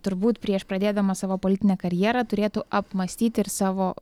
turbūt prieš pradėdamas savo politinę karjerą turėtų apmąstyti ir savo